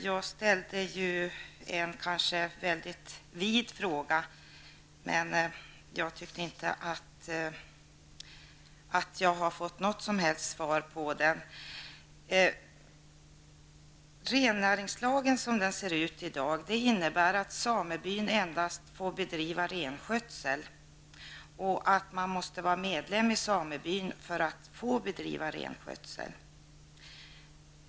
Jag ställde kanske en mycket vid fråga, men jag tycker inte att jag har fått något som helst svar på den. Som rennäringslagen ser ut i dag får samebyn endast bedriva renskötsel och att man måste vara medlem i samebyn för att få bedriva renskötsel.